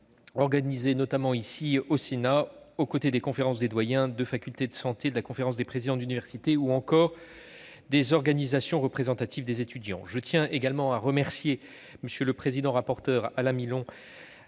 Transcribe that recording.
organisées au Sénat, aux côtés des conférences des doyens de facultés de santé, de la conférence des présidents d'universités, ou encore des organisations représentatives des étudiants. Je tiens également à remercier M. le président et rapporteur, Alain Milon,